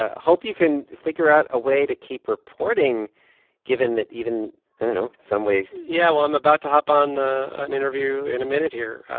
ah hope you can figure out a way to keep reporting given that, even i don't know. some ways. yeah, well, i'm about to hop on an interview in a minute here.